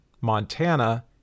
Montana